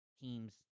teams